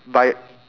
by